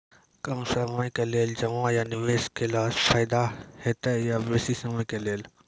कम समय के लेल जमा या निवेश केलासॅ फायदा हेते या बेसी समय के लेल?